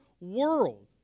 world